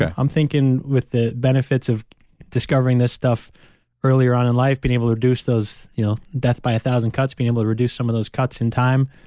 ah i'm thinking with the benefits of discovering this stuff earlier on in life, being able to reduce those you know death by a thousand cuts, being able to reduce some of those cuts in time,